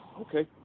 Okay